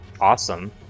awesome